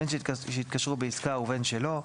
בין שהתקשרו בעסקה ובין שלא".